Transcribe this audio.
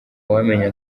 wamenya